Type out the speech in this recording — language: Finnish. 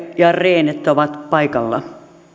ja rehn että ovat paikalla